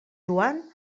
joan